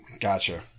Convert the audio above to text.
Gotcha